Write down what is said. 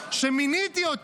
אדוני,